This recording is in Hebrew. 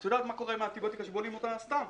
את יודעת מה קורה עם האנטיביוטיקה שבולעים אותה סתם?